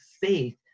faith